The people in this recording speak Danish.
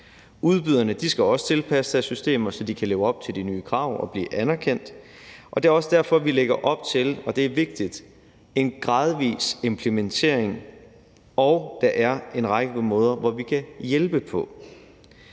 Udbyderne skal også tilpasse deres systemer, så de kan leve op til de nye krav og blive anerkendt. Og det er også derfor, vi lægger op til – og det er vigtigt – en gradvis implementering, og der er en række måder, hvorpå vi kan hjælpe.